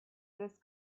this